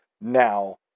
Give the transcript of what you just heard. Now